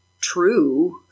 true